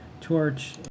torch